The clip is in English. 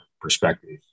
perspectives